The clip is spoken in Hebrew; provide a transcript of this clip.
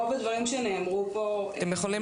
רוב הדברים שנאמרו פה- -- הם יכולים